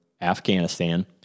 Afghanistan